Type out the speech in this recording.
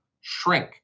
shrink